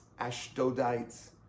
Ashdodites